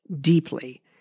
deeply